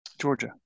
Georgia